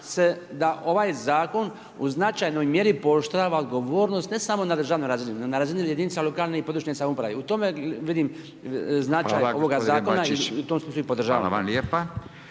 da ovaj zakon u značajnoj mjeri pooštrava odgovornost, ne samo na državnoj razini, nego na razini jedinice lokalne samouprave. U tome vidim značaj ovoga zakona i u tom smislu i podržavam